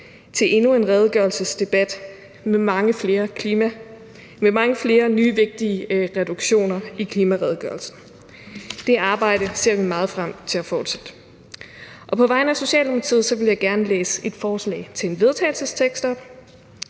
til endnu en redegørelsesdebat med mange flere nye vigtige reduktioner i klimaredegørelsen. Det arbejde ser vi meget frem til at fortsætte. Kl. 16:13 På vegne af Socialdemokratiet vil jeg gerne læse et forslag til vedtagelse op.